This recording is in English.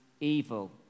evil